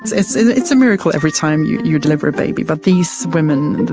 it's it's a miracle every time you you deliver a baby, but these women,